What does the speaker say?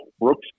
Brooks